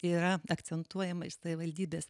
yra akcentuojama iš savivaldybės